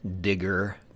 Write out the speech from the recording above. Digger